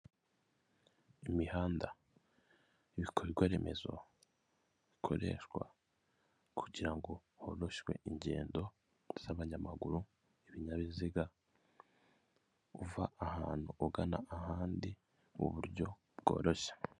Imihanda ibikorwaremezo bikoreshwa kugirango horoshywe ingendo z'abanyamaguru ibinyabiziga uva ahantu ugana ahandi mu buryo bworoshye.